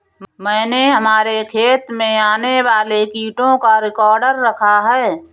मैंने हमारे खेत में आने वाले कीटों का रिकॉर्ड रखा है